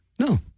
No